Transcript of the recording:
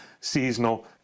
seasonal